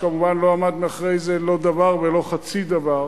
שכמובן לא עמד מאחורי זה לא דבר וחצי דבר,